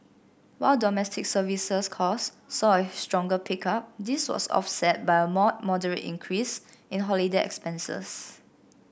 while domestic services cost saw a stronger pickup this was offset by a more moderate increase in holiday expenses